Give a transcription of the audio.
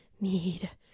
need